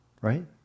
right